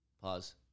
Pause